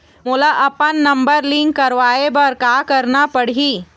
मोला अपन number link करवाये बर का करना पड़ही?